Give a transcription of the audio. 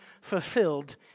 fulfilled